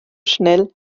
schnell